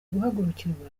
guhagurukirwa